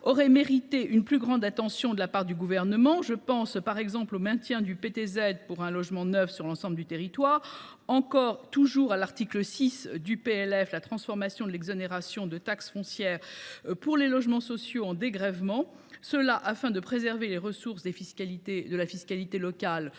auraient mérité une plus grande attention de la part du Gouvernement. Je pense, par exemple, au maintien du PTZ pour un logement neuf sur l’ensemble du territoire, ou encore, toujours à l’article 6 du PLF, à la transformation de l’exonération de taxe foncière pour les logements sociaux en dégrèvement, afin de préserver les ressources fiscales locales